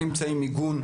אין אמצעי מיגון,